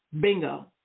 Bingo